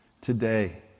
today